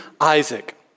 Isaac